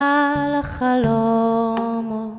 על החלומות